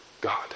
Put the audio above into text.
God